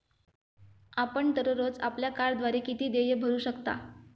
आपण दररोज आपल्या कार्डद्वारे किती देय भरू शकता?